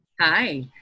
Hi